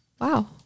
wow